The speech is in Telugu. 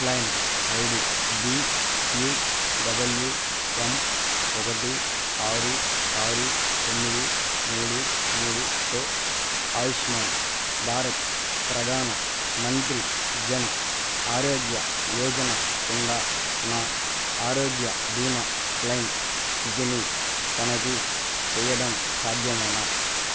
claim ID B Q W M ఒకటి ఆరు ఆరు తొమ్మిది మూడు మూడుతో ఆయుష్మాన్ భారత్ ప్రధాన మంత్రి జన్ ఆరోగ్య యోజన కింద నా ఆరోగ్య బీమా క్లెయిమ్ స్థితిని తనిఖీ చెయ్యడం సాధ్యమేనా